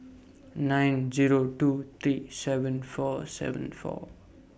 nine Zero two three seven four seven four